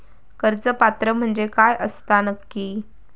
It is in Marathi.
कर्ज पात्र म्हणजे काय असता नक्की?